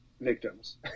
victims